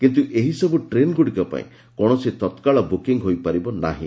କିନ୍ତୁ ଏହିସବୁ ଟ୍ରେନ୍ଗୁଡ଼ିକ ପାଇଁ କୌଣସି ତତ୍କାଳ ବୁକିଂ ହୋଇପାରିବ ନାହିଁ